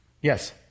Yes